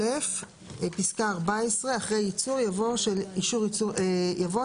סעיף 256(א)(14): אחרי "ייצור" יבוא "של אישור ייצור נאות".